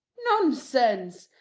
nonsense!